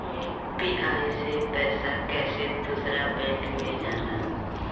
UPI से पैसा कैसे दूसरा बैंक मे जाला?